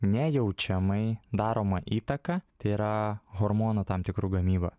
nejaučiamai daroma įtaką tai yra hormonų tam tikrų gamyba